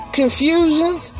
confusions